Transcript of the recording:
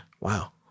Wow